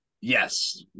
Yes